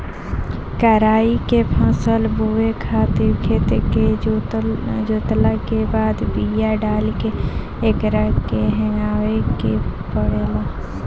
कराई के फसल बोए खातिर खेत के जोतला के बाद बिया डाल के एकरा के हेगावे के पड़ेला